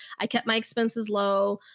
i kept my expenses low.